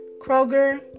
Kroger